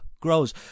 grows